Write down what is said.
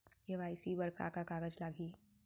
KYC बर का का कागज लागही?